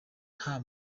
nta